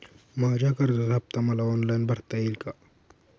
माझ्या कर्जाचा हफ्ता मला ऑनलाईन भरता येईल का?